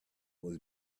was